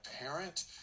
parent